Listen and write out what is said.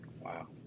Wow